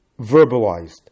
verbalized